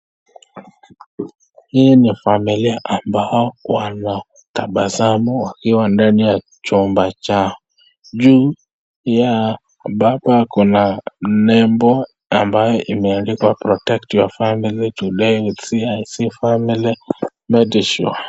Hii ni familia ambayo wanatabasamu wakiwa ndani ya chumba chao ju ya baba akona nembo ambayo imeandikwa protect your family today with CIC family medisure